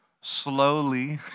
slowly